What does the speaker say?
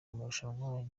amarushanwa